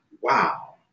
wow